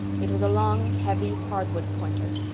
it was a long, heavy hardwood pointer.